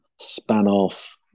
span-off